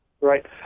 Right